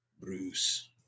Bruce